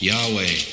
Yahweh